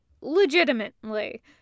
legitimately